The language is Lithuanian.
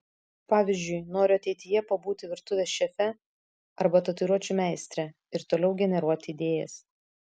pavyzdžiui noriu ateityje pabūti virtuvės šefe arba tatuiruočių meistre ir toliau generuoti idėjas